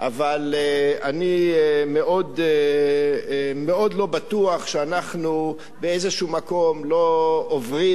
אבל אני מאוד לא בטוח שאנחנו באיזה מקום לא עוברים את